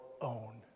own